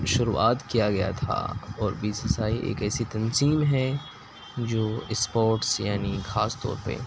شروعات کیا گیا تھا اور بی سی سی آئی ایک ایسی تنظیم ہیں جو اسپورٹس یعنی خاص طور پہ